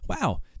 wow